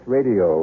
Radio